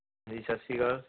ਹਾਂਜੀ ਸਤਿ ਸ਼੍ਰੀ ਅਕਾਲ